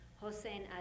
Hossein